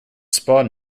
spawn